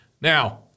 Now